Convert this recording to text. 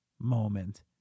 moment